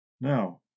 Now